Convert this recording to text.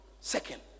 second